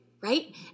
right